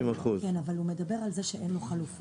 50%. כן, אבל הוא מדבר על זה שאין לו חלופה,